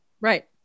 Right